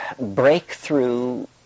breakthrough